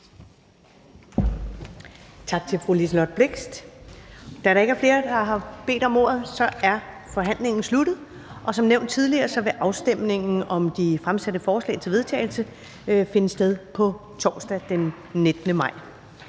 Tak til fru Liselott Blixt. Da der ikke er flere, der har bedt om ordet, er forhandlingen sluttet. Som nævnt tidligere vil afstemningen om de fremsatte forslag til vedtagelse finde sted på torsdag, den 19. maj